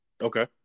okay